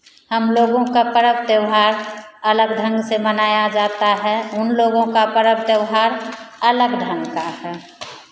हम लोगों का पर्व त्योहार अलग ढंग से मनाया जाता है उन लोगों का पर्व त्योहार अलग ढंग का है